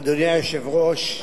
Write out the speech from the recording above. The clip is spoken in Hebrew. אדוני היושב-ראש,